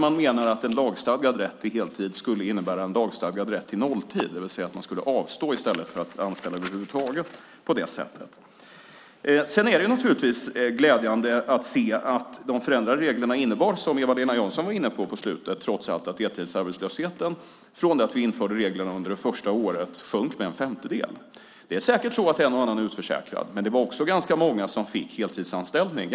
Man menar att en lagstadgad rätt till heltid skulle innebära en lagstadgad rätt till nolltid, det vill säga att man skulle avstå från att anställa över huvud taget i stället. Sedan är det naturligtvis glädjande att se att de förändrade reglerna har inneburit att deltidsarbetslösheten från det att vi införde reglerna under det första året sjönk med en femtedel. Det är säkert så att en eller annan blev utförsäkrad, men det var också ganska många som fick heltidsanställning.